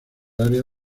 área